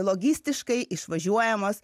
logistiškai išvažiuojamos